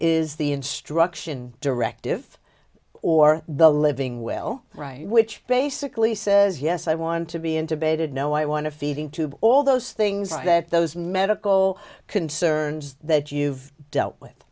is the instruction directive or the living will right which basically says yes i want to be intimated no i want a feeding tube all those things that those medical concerns that you've dealt with